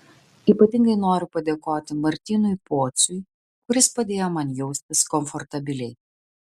ypatingai noriu padėkoti martynui pociui kuris padėjo man jaustis komfortabiliai